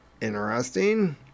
Interesting